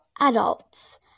adults